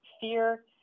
fear